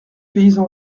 paysan